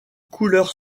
couleur